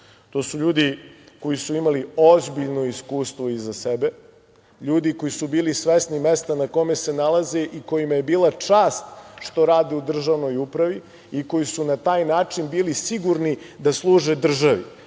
To su ljudi koji su imali ozbiljno iskustvo iza sebe, ljudi koji su bili svesni mesta na kome se nalaze i kojima je bila čast što rade u državnoj upravi i koji su na taj način bili sigurni da služe državi. To